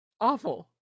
Awful